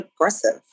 aggressive